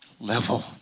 level